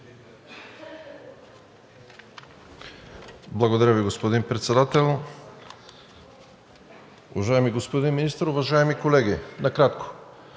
Благодаря Ви, господин Председател. Уважаеми господин Министър, уважаеми колеги! Накратко!